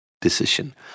decision